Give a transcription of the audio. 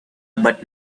but